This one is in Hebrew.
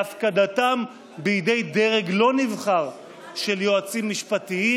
והפקדתם בידי דרג לא נבחר של יועצים משפטיים.